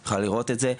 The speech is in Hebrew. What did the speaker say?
את יכולה לראות את זה.